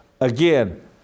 again